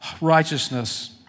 righteousness